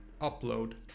upload